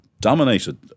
dominated